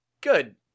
good